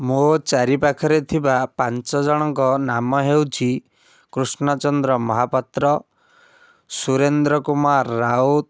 ମୋ ଚାରି ପାଖରେ ଥିବା ପାଞ୍ଚ ଜଣଙ୍କ ନାମ ହେଉଛି କୃଷ୍ଣଚନ୍ଦ୍ର ମହାପାତ୍ର ସୁରେନ୍ଦ୍ର କୁମାର ରାଉତ